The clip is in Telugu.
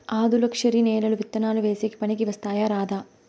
ఆధులుక్షరి నేలలు విత్తనాలు వేసేకి పనికి వస్తాయా రాదా?